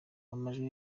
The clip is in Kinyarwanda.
amajwi